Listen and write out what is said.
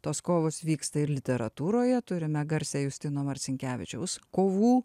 tos kovos vyksta ir literatūroje turime garsią justino marcinkevičiaus kovų